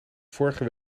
vorige